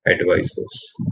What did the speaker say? advisors